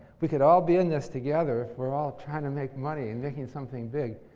we could all be in this together. we're all trying to make money and making something big.